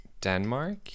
Denmark